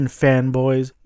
fanboys